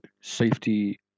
safety